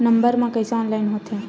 Number मा कइसे online होथे?